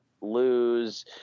lose